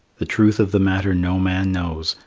the truth of the matter no man knows,